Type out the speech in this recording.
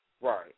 Right